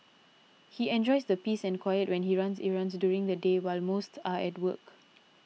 he enjoys the peace and quiet when he runs errands during the day while most are at work